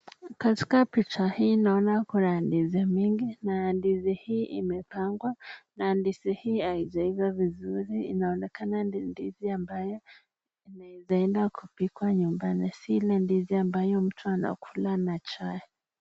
Katika picha hii naona kuna ndizi mingi na ndizi hii imepangwa na ndizi hii haijaiva vizuri. Inaonekana ni ndizi ambayo inaeza enda kupikwa nyumbani si ile ndizi ambayo mtu anakula na chai.